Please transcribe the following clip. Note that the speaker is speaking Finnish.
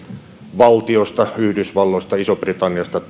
valtioista yhdysvalloista isosta britanniasta